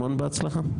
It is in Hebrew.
המון בהצלחה.